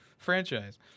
franchise